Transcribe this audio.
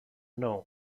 known